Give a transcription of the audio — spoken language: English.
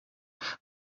that